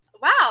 wow